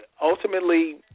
ultimately